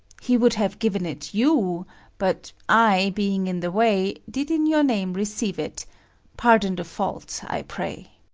he would have given it you but i, being in the way, did in your name receive it pardon the fault, i pray.